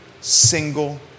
single